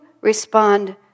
respond